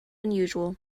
unusual